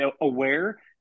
aware